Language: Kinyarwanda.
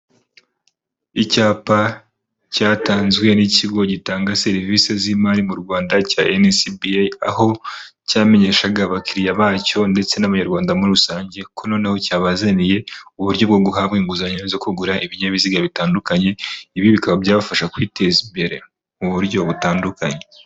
Icyapa cyatanzwe n'ikigo gitanga serivisi z'imari mu Rwanda cya NCBA, aho cyamenyeshaga abakiriya bacyo ndetse n'abanyarwanda muri rusange ko noneho cyabazaniye uburyo bwo guhabwa inguzanyo zo kugura ibinyabiziga bitandukanye, ibi bikaba byabafasha kwiteza imbere mu buryo butandukanye.